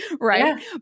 Right